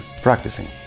practicing